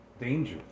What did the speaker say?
Danger